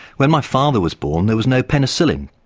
when my father was born there was no penicillin,